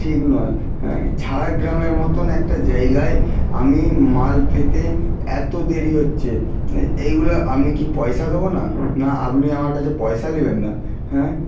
ঠিক নয় হ্যাঁ ঝাড়গ্রামের মতন একটা জায়গায় আমি মাল পেতে এতো দেরি হচ্ছে এইগুলা আমি কি পয়সা দেবো না না আপনি আমার কাছে পয়সা নেবেন না হ্যাঁ